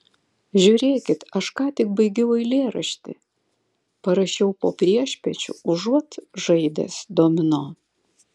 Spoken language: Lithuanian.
žiūrėkit aš ką tik baigiau eilėraštį parašiau po priešpiečių užuot žaidęs domino